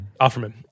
Offerman